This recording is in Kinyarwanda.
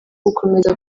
gukomeza